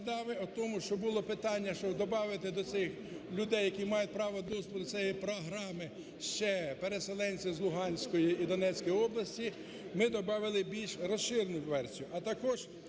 о том, що було питання, що добавити до цих людей, які мають право доступу, це є програми ще переселенців з Луганської і Донецької області. Ми добавили більш розширену версію.